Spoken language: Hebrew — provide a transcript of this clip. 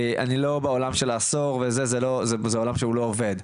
אני לא בעולם של לאסור וזה, זה עולם שהוא לא עובד.